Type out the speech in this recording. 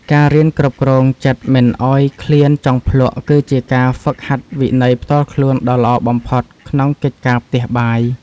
ការរៀនគ្រប់គ្រងចិត្តមិនឱ្យឃ្លានចង់ភ្លក្ស គឺជាការហ្វឹកហាត់វិន័យផ្ទាល់ខ្លួនដ៏ល្អបំផុតក្នុងកិច្ចការផ្ទះបាយ។